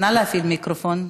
נא להפעיל מיקרופון.